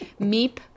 Meep